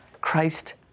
Christ